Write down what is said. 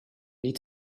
need